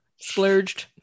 Splurged